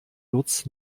lutz